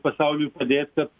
pasauliui padėt kad